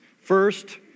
First